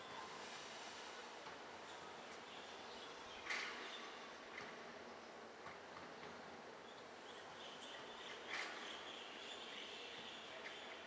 eh